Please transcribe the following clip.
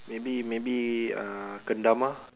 maybe maybe uh kendama